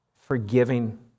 forgiving